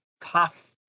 tough